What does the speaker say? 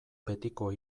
betiko